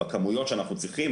בכמויות שאנחנו צריכים.